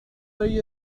ello